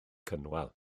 cynwal